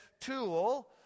tool